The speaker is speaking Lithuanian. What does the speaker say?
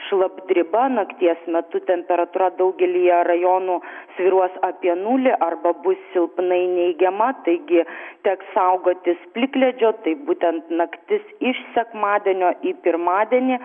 šlapdriba nakties metu temperatūra daugelyje rajonų svyruos apie nulį arba bus silpnai neigiama taigi teks saugotis plikledžio tai būtent naktis iš sekmadienio į pirmadienį